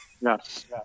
Yes